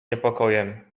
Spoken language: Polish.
niepokojem